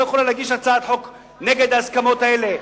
יכולה להגיש הצעת חוק נגד ההסכמות האלה.